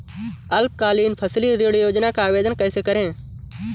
अल्पकालीन फसली ऋण योजना का आवेदन कैसे करें?